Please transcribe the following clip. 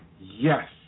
yes